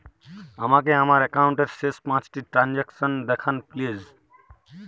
আমাকে আমার একাউন্টের শেষ পাঁচটি ট্রানজ্যাকসন দেখান প্লিজ